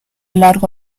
largo